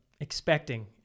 expecting